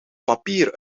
papier